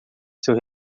seu